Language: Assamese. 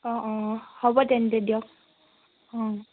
অঁ অঁ হ'ব তেন্তে দিয়ক অঁ